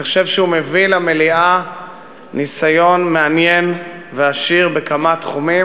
אני חושב שהוא מביא למליאה ניסיון מעניין ועשיר בכמה תחומים